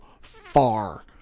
far